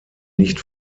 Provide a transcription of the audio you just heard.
nicht